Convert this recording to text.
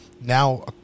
now